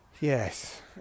yes